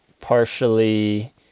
partially